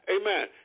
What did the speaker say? amen